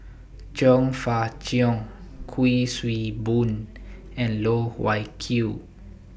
Chong Fah Cheong Kuik Swee Boon and Loh Wai Kiew